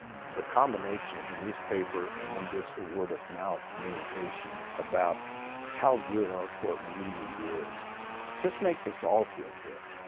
the combination of the newspaper, and then just the word of mouth communication about how good our court really is just makes us all feel good.